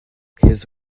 his